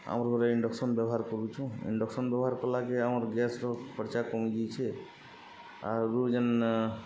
ଆମର୍ ଘରେ ଇଣ୍ଡକ୍ସନ୍ ବ୍ୟବହାର୍ କରୁଛୁ ଇଣ୍ଡକ୍ସନ୍ ବ୍ୟବହାର୍ କଲାକେ ଆମର୍ ଗ୍ୟାସ୍ର ଖର୍ଚ୍ଚା କମିଯିଛେ ଆରୁ ଯେନ୍